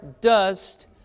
dust